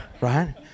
Right